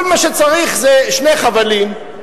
כל מה שצריך זה שני חבלים,